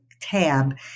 tab